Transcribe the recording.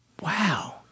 Wow